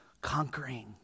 conquering